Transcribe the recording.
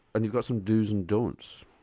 and you've some dos and don'ts.